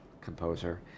composer